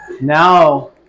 now